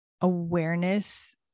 awareness